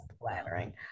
flattering